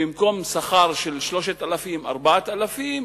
במקום שכר של 3,000 4,000 שקלים,